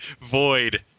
void